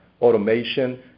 automation